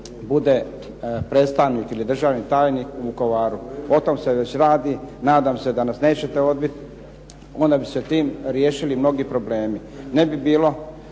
bude predstavnik ili državni tajnik u Vukovaru. O tome se već radi, nadam se da nas nećete odbiti, onda bi se time riješili mnogi problemi. Ne bi bilo